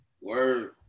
Word